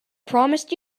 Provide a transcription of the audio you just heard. promised